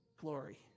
glory